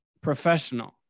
professional